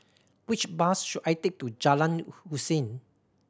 which bus should I take to Jalan Hussein